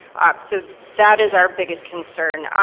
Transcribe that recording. so that is our biggest concern.